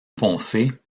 foncé